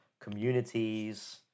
communities